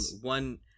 one